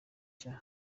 cya